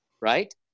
right